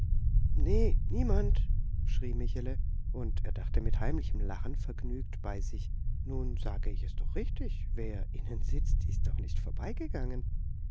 nä niemand schrie michele und er dachte mit heimlichem lachen vergnügt bei sich nun sage ich es doch richtig wer innen sitzt ist doch nicht vorbeigegangen